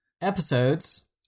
episodes